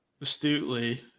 astutely